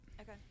Okay